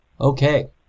Okay